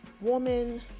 woman